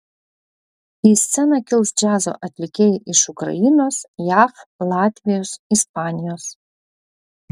į sceną kils džiazo atlikėjai iš ukrainos jav latvijos ispanijos